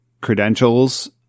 credentials